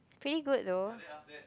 pretty good though